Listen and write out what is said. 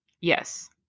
Yes